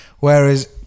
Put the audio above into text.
Whereas